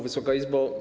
Wysoka Izbo!